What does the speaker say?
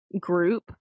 group